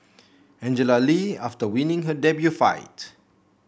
Angela Lee after winning her debut fight